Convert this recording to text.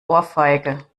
ohrfeige